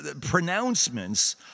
pronouncements